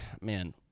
Man